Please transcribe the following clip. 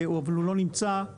אבל הוא לא נמצא,